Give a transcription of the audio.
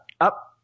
up